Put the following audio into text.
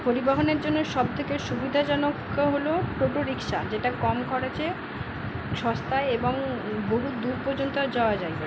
পরিবহণের জন্য সব থেকে সুবিধাজনক হলো টোটো রিক্সা যেটা কম খরচে সস্তায় এবং বহু দূর পর্যন্ত যাওয়া যায়